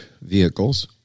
vehicles